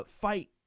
fight